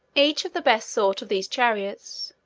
each of the best sort of these chariots,